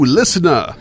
listener